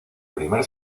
primer